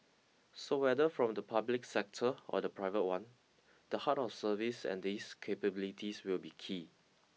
so whether from the public sector or the private one the heart of service and these capabilities will be key